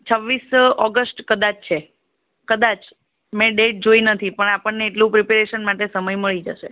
છવ્વીસ ઓગસ્ટ કદાચ છે કદાચ મેં ડેટ જોઈ નથી પણ આપણને એટલું પ્રીપેરેશન માટે સમય મળી જશે